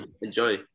Enjoy